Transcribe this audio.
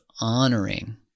honoring